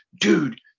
dude